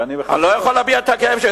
ואני, אני לא יכול להביע את הכאב שלי.